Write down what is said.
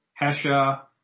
Hesha